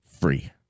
free